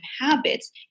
habits